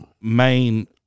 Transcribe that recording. main